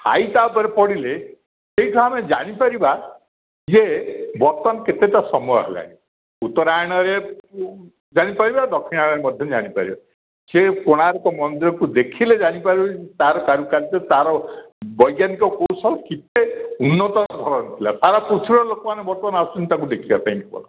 ଛାଇ ତା ଉପରେ ପଡ଼ିଲେ ସେଇଠୁ ଆମେ ଜାଣିପାରିବା ଯେ ବର୍ତ୍ତମାନ କେତେ ଟା ସମୟ ହେଲାଣି ଉତ୍ତରାୟଣରେ ଜାଣିପାରିବ ଦକ୍ଷିଣାୟଣରେ ମଧ୍ୟ ଜାଣିପାରିବା ସେ କୋଣାର୍କ ମନ୍ଦିରକୁ ଦେଖିଲେ ଜାଣିପାରିବା ତା'ର କାରୁକାର୍ଯ୍ୟ ତାର ବୈଜ୍ଞାନିକ କୌଶଳ କେତେ ଉନ୍ନତ ଧରଣର ଥିଲା ସାରା ଭାରତ ପୃଥିବୀର ଲୋକ ମାନେ ବର୍ତ୍ତମାନ୍ ଆସୁଛନ୍ତି ତାକୁ ଦେଖିବା ପାଇଁ